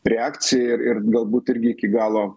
reakciją ir ir galbūt irgi iki galo